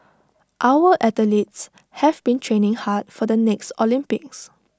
our athletes have been training hard for the next Olympics